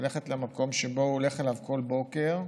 ללכת למקום שהוא הולך אליו כל בוקר,